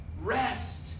Rest